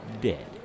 Dead